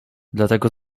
dlatego